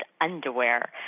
underwear